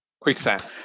Quicksand